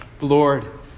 Lord